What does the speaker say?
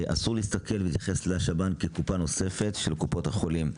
אסור להסתכל על השב"ן כקופה נוספת של קופות החולים,